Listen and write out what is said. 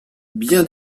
bien